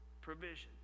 provision